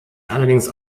allerdings